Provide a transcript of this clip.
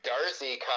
Darcy